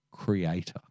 Creator